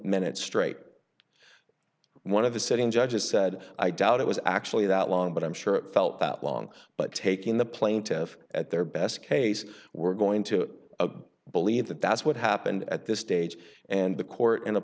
minutes straight one of the sitting judges said i doubt it was actually that long but i'm sure it felt that long but taking the plaintiff at their best case we're going to believe that that's what happened at this stage and the court in